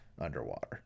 underwater